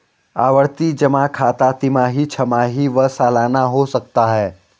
आवर्ती जमा खाता तिमाही, छमाही व सलाना हो सकता है